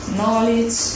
knowledge